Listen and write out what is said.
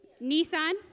Nissan